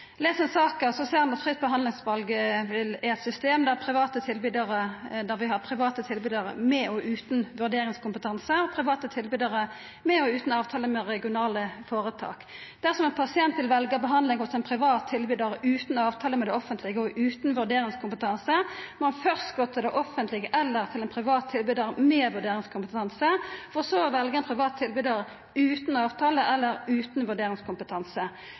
Les ein saka, ser ein at fritt behandlingsval er eit system der vi har private tilbydarar med og utan vurderingskompetanse, og private tilbydarar med og utan avtale med regionale foretak. Dersom ein pasient vil velja behandling hos ein privat tilbydar utan avtale med det offentlege og utan vurderingskompetanse, må ein først gå til det offentlege eller til ein privat tilbydar med vurderingskompetanse og så velja ein privat tilbydar utan avtale eller utan vurderingskompetanse.